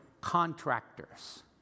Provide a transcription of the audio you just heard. contractors